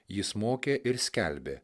jis mokė ir skelbė